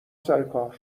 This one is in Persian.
سرکار